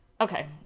Okay